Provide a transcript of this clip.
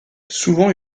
souvent